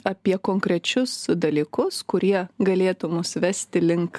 apie konkrečius dalykus kurie galėtų mus vesti link